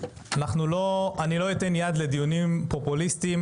אני לא אתן יד לדיונים פופוליסטים.